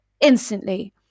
instantly